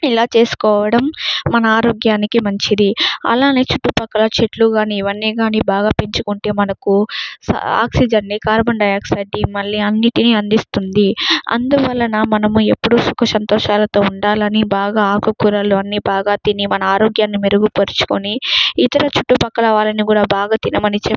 ఇలా చేసుకోవడం మన ఆరోగ్యానికి మంచిది అలానే చుట్టుపక్కల చెట్లు కాని ఇవన్నీ గాని బాగా పెంచుకుంటే మనకు ఆక్సిజన్ని కార్బన్డయాక్సైడ్ని మళ్ళీ అన్నిటిని అందిస్తుంది అందువలన మనము ఎప్పుడు సుఖసంతోషాలతో ఉండాలని బాగా ఆకుకూరలు అన్ని బాగా తిని మన ఆరోగ్యాన్ని మెరుగుపరుచుకొని ఇతర చుట్టుపక్కల వారిని కూడా బాగా తినమని చెప్పి